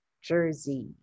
Jersey